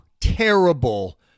terrible